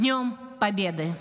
(חוזרת על הדברים ברוסית.)